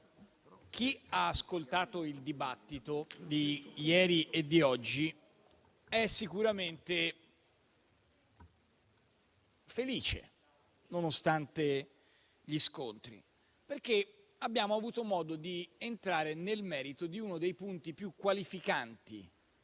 chi ha ascoltato il dibattito di ieri e di oggi è sicuramente felice, nonostante gli scontri, perché abbiamo avuto modo di entrare nel merito di uno dei punti più qualificanti